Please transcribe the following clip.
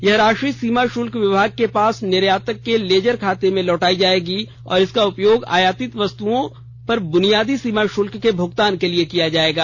यह राशि सीमा शुल्क विभाग के पास निर्यातक के लेजर खाते में लौटाई जाएगी और इसका उपयोग आयातित वस्तुओं पर बुनियादी सीमा शुल्क के भुगतान के लिए किया जाएगा